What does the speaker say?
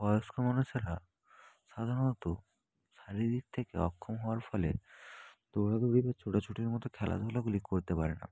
বয়স্ক মানুষেরা সাধারণত শারীরিক দিক থেকে অক্ষম হওয়ার ফলে দৌড়াদৌড়ি বা ছোটাছুটির মতো খেলাধূলাগুলি করতে পারে না